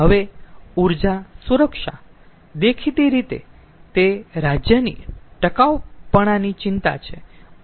હવે ઊર્જા સુરક્ષા દેખીતી રીતે તે રાજ્યની ટકાઉપણાની ચિંતા છે